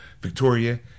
Victoria